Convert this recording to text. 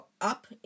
Up